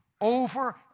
over